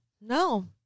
No